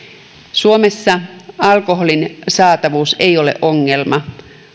suomessa alkoholin saatavuus ei ole ongelma